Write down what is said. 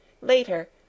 Later